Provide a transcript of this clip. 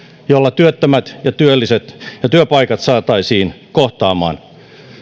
joilla työttömät ja työpaikat saataisiin kohtaamaan